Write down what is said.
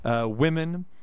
women